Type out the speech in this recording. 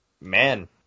man